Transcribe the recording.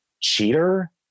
cheater